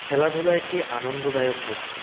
খেলাধূলা একটা আনন্দদায়ক বস্তু